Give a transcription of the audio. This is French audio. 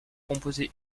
composé